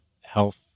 health